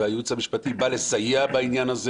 והייעוץ המשפטי בא לסייע בעניין הזה